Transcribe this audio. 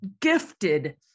gifted